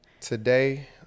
Today